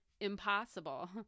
impossible